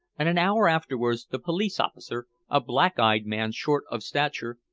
and an hour afterwards the police-officer, a black-eyed man short of stature,